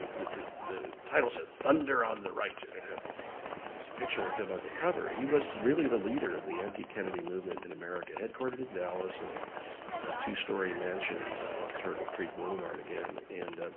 the the title said, thunder on the right. and it had this picture of him on ah the cover. he was really the leader of the anti-kennedy movement in america, headquartered in dallas in a two story mansion off turtle creek boulevard again. and